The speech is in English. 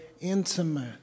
intimate